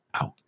out